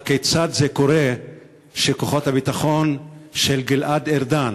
הכיצד זה קורה שכוחות הביטחון של גלעד ארדן,